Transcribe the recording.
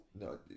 No